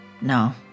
No